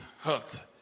hurt